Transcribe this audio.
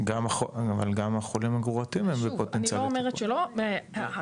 אבל גם החולים הגרורתיים הם בפוטנציאל ריפוי.